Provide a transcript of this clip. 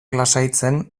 lasaitzen